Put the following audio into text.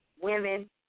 Women